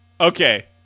okay